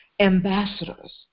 ambassadors